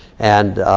and